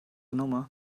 nummer